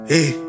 Hey